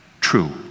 true